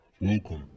Welcome